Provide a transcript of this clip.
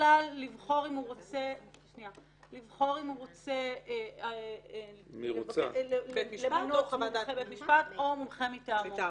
הוא רוצה מומחה מטעם בית משפט או מומחה מטעמו.